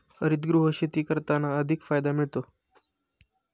हरितगृह शेती करताना अधिक फायदा मिळतो